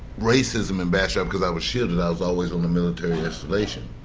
racism in bastrop because i was shielded. i was always on a military installation.